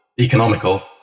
economical